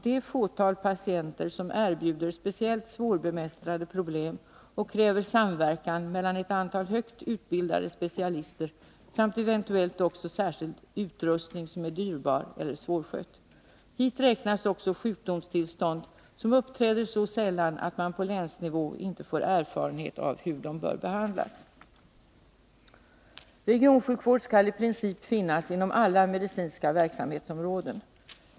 ”det fåtal patienter, som erbjuder speciellt svårbemästrade problem och kräver samverkan mellan ett antal högt utbildade specialister samt eventuellt också särskild utrustning, som är dyrbar eller svårskött. Hit räknas också sjukdomstillstånd, som uppträder så sällan att man på länsnivå inte får erfarenhet av hur de bör behandlas.” Regionsjukvård skall i princip finnas inom alla medicinska verksamhetsområden.